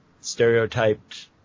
stereotyped